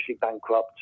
bankrupt